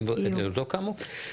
הן עוד לא קמו.